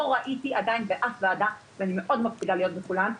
לא ראיתי עדיין באף וועדה ואני מאוד מקפידה להיות בכולן,